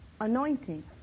anointing